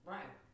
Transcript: Right